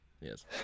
Yes